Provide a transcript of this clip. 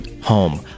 home